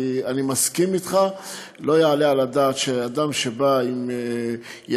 כי אני מסכים אתך: לא יעלה על הדעת שאדם שבא עם ילדיו